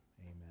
amen